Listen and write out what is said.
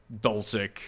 Dulcic